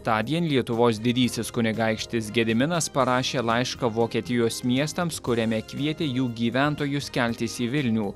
tądien lietuvos didysis kunigaikštis gediminas parašė laišką vokietijos miestams kuriame kvietė jų gyventojus keltis į vilnių